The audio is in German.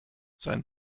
sein